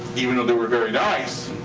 even though they were very nice,